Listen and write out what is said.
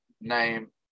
name